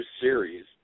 series